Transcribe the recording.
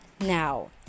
Now